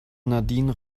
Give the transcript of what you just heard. nadine